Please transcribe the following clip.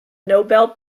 nobel